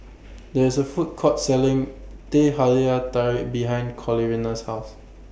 There IS A Food Court Selling Teh Halia Tarik behind Corina's House